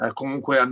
comunque